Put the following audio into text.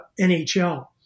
NHL